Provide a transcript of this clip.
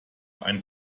ein